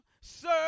Sir